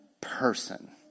person